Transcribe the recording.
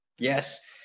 Yes